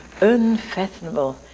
unfathomable